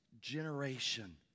generation